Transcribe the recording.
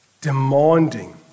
demanding